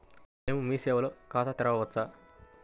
మేము మీ సేవలో ఖాతా తెరవవచ్చా?